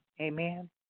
Amen